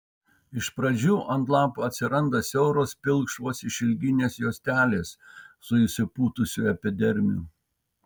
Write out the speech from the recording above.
iš pradžių ant lapų atsiranda siauros pilkšvos išilginės juostelės su išsipūtusiu epidermiu